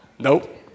Nope